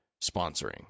sponsoring